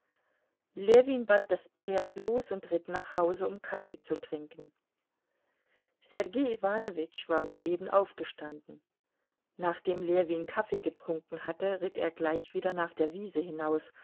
ljewin band das pferd los und ritt nach hause um kaffee zu trinken sergei iwanowitsch war soeben aufgestanden nachdem ljewin kaffee getrunken hatte ritt er gleich wieder nach der wiese hinaus